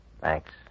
Thanks